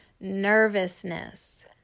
nervousness